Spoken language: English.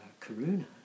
Karuna